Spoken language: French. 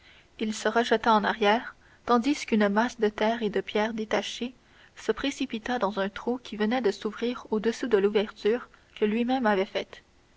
il se rejeta en arrière tandis qu'une masse de terre et de pierres détachées se précipitait dans un trou qui venait de s'ouvrir au-dessous de l'ouverture que lui-même avait faite